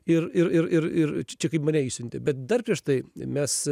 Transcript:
ir ir ir ir ir čia kaip mane išsiuntė bet dar prieš tai mes